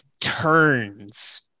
turns